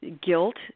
guilt